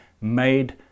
made